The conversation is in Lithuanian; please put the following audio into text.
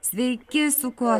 sveiki su kuo